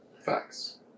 Facts